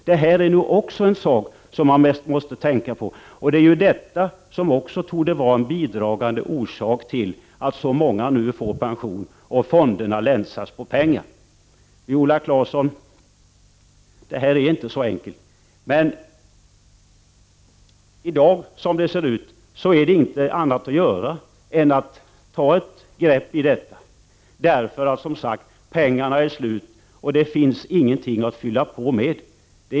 Detta är också något som vi måste tänka på. Det torde vara en bidragande orsak till att så många nu får pension och fonderna länsas på pengar. Viola Claesson! Frågan är inte så enkel. Som det ser ut i dag finns det ingenting annat att göra än att ta ett grepp om detta. Pengarna är som sagt slut, och det finns ingenting att fylla på med.